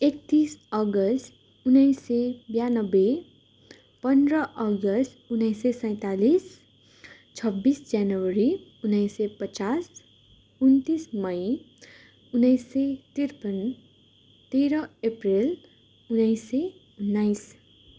एक्तिस अगस्त उन्नाइस सय ब्यानब्बे पन्ध्र अगस्त उन्नाइस सय सैँतालिस छब्बिस जनवरी उन्नाइस सय पचास उन्तिस मई उन्नाइस सय त्रिपन तेह्र अप्रेल उन्नाइस सय उन्नाइस